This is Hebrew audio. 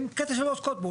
הם קטע שהן לא עוסקות בו.